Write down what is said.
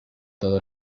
todo